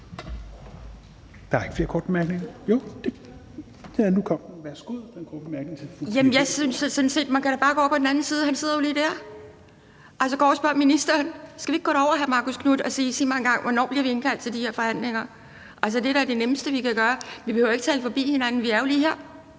kom der lige en. Der er en kort bemærkning til fru Pia Kjærsgaard. Værsgo. Kl. 17:21 Pia Kjærsgaard (DF): Jamen jeg synes sådan set bare, man kan gå over på den anden side, for han sidder jo lige dér. Altså, gå over, og spørg ministeren. Skal vi ikke gå derover, hr. Marcus Knuth, og spørge: Sig os engang, hvornår bliver vi indkaldt til de her forhandlinger? Det er da det nemmeste, vi kan gøre. Vi behøver ikke at tale forbi hinanden. Vi er jo lige her.